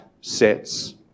sets